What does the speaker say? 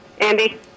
Andy